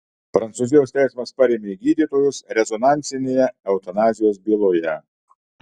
prancūzijos teismas parėmė gydytojus rezonansinėje eutanazijos byloje